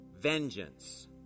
vengeance